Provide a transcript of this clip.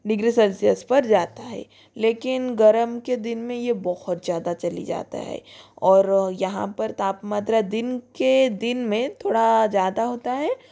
degree Celsius पर जाता है लेकिन गर्मी के दिन में ये बहुत ज़्यादा चला जाता है और यहाँ पर तापमात्रा दिन के दिन में थोड़ा ज़्यादा होता है